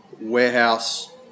warehouse